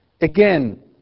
Again